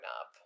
up